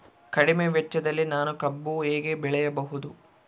ಕಡಿಮೆ ವೆಚ್ಚದಲ್ಲಿ ನಾನು ಕಬ್ಬು ಹೇಗೆ ಬೆಳೆಯಬಹುದು?